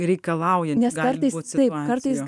reikalaujant gali būt situacija